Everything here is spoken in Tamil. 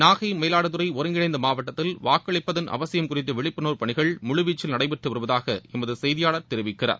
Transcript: நாகை மயிலாடுதுறை ஒருங்கிணைந்த மாவட்டத்தில் வாக்களிப்பதன் அவசியம் குறித்த விழிப்புணர்வு பணிகள் முழு வீச்சில் நடைபெற்று வருவதாக எமது செய்தியாளர் தெரிவிக்கிறார்